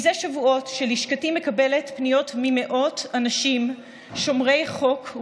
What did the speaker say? זה שבועות לשכתי מקבלת פניות ממאות אנשים שומרי חוק,